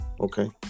okay